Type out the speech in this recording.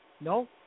no